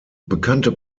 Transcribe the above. bekannte